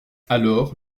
alors